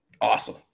awesome